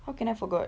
how can I forgot